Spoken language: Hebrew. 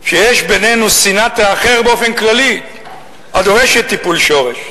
שיש בינינו שנאת האחר באופן כללי הדורשת טיפול שורש,